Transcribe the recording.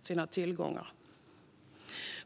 sina tillgångar.